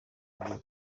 gihe